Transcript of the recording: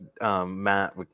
Matt